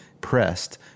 pressed